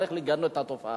צריך לגנות את התופעה הזאת.